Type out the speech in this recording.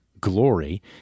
glory